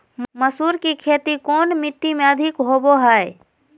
मसूर की खेती कौन मिट्टी में अधीक होबो हाय?